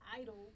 idol